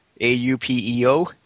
A-U-P-E-O